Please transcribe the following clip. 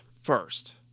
first